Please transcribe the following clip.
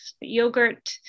yogurt